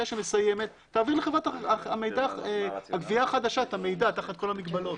שמסיימת תעביר לחברת הגבייה החדשה את המידע תחת כל המגבלות.